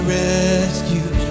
rescue